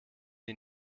die